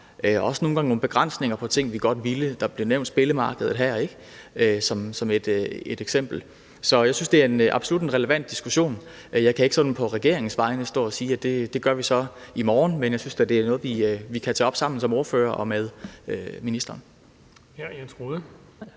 fra. Det gælder også begrænsninger, som vi godt ville have indført; der blev nævnt spillemarkedet her som et eksempel. Så jeg synes absolut, det er en relevant diskussion, men jeg kan ikke på regeringens vegne stå og sige, at det gør vi i morgen, men jeg synes da, det er noget, vi kan tage op sammen som ordførere med ministeren. Kl. 14:52 Den